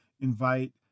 invite